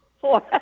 Four